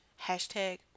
hashtag